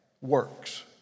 works